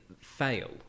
fail